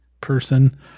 person